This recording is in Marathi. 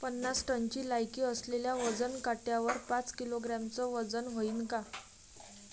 पन्नास टनची लायकी असलेल्या वजन काट्यावर पाच किलोग्रॅमचं वजन व्हईन का?